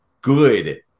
good